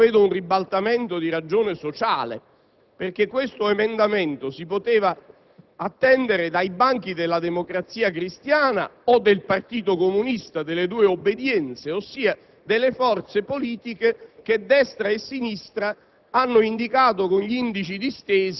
rispetto al senatore D'Amico io vedo un ribaltamento di ragione sociale, perché questo emendamento lo si poteva attendere dai banchi della Democrazia Cristiana o delle due obbedienze del Partito Comunista, ossia dalle forze politiche che destra e sinistra